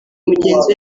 mugenzi